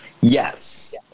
Yes